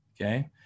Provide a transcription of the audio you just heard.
okay